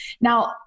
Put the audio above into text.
Now